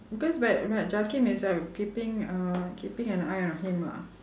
cause but but jakim is uh keeping uh keeping an eye on him ah